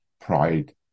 pride